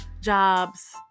jobs